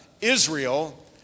Israel